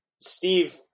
Steve